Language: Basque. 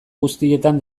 guztietan